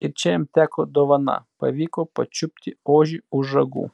ir čia jam teko dovana pavyko pačiupti ožį už ragų